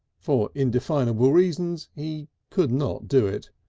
for indefinable reasons he could not do it.